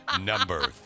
Number